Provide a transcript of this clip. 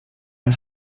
ein